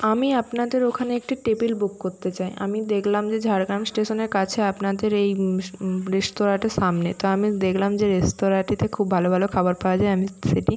আমি আপনাদের ওখানে একটি টেবিল বুক করতে চাই আমি দেখলাম যে ঝাড়গ্রাম স্টেশনের কাছে আপনাদের এই রেস্তরাঁটি সামনে তো আমি দেখলাম যে রেস্তোরাঁটিতে খেতে খুব ভালো ভালো খাবার পাওয়া যায় আমি সেটি